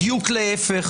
בדיוק להפך.